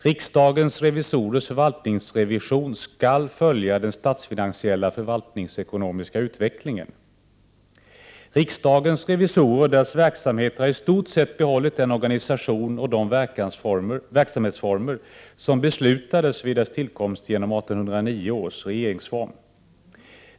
Riksdagens revisorers förvaltningsrevision skall följa den statsfinansiella och förvaltningsekonomiska utvecklingen. Riksdagens revisorer och deras verksamhet har i stort sett behållit den organisation och de verksamhetsformer som beslutades vid deras tillkomst genom 1809 års regeringsform.